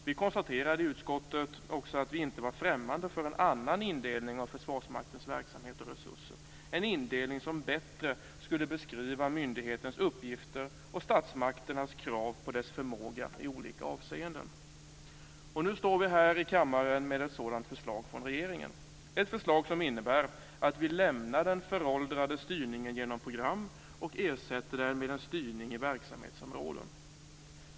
Vi konstaterade i utskottet också att vi inte var främmande för en annan indelning av Försvarsmaktens verksamhet och resurser - en indelning som bättre skulle beskriva myndighetens uppgifter och statsmakternas krav på dess förmåga i olika avseenden. Nu står vi här i kammaren med ett sådant förslag från regeringen. Det är ett förslag som innebär att vi lämnar den föråldrade styrningen genom program och ersätter den med en styrning i verksamhetsområden.